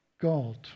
God